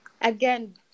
Again